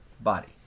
body